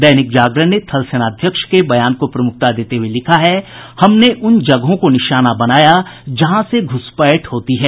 दैनिक जागरण ने थल सेनाध्यक्ष के बयान को प्रमुखता देते हुये लिखा है हमने उन जगहों को निशाना बनाया जहां से घुसपैठ होती है